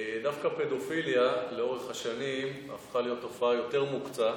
דווקא פדופיליה לאורך השנים הפכה להיות תופעה יותר מוקצה,